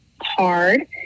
hard